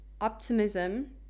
optimism